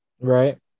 Right